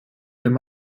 wenn